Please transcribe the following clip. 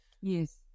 Yes